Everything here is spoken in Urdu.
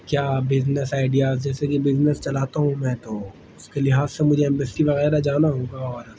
کیا بزنس آئیڈیاز جیسے کہ بزنس چلاتا ہوں میں تو اس کے لحاظ سے مجھے ایمبیسی وغیرہ جانا ہوگا اور